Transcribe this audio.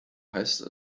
heißt